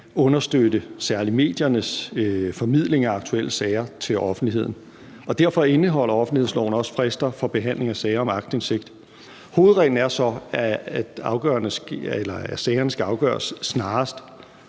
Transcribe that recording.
understøtte særlig mediernes formidling af aktuelle sager til offentligheden, og derfor indeholder offentlighedsloven også frister for behandling af sager om aktindsigt. Hovedreglen er så, at sagerne skal afgøres snarest,